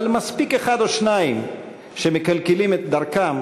אבל מספיק אחד או שניים שמקלקלים את דרכם